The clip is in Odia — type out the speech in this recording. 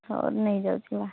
ହଉ ନେଇଯାଉଛି ହେଲା